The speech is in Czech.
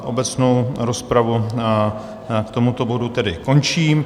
Obecnou rozpravu k tomuto bodu tedy končím.